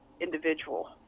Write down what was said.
individual